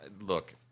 Look